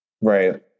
Right